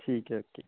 ਠੀਕ ਹੈ ਓਕੇ